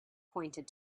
pointed